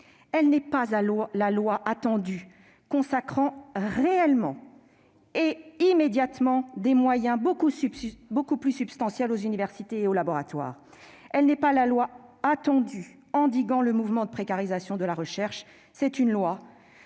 Elle n'est pas la loi attendue consacrant réellement et immédiatement des moyens beaucoup plus substantiels aux universités et aux laboratoires. Elle n'est pas la loi attendue endiguant le mouvement de précarisation de la recherche. C'est une loi